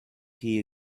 key